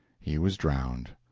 he was drowned.